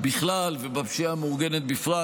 בכלל ובפשיעה המאורגנת בפרט,